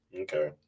Okay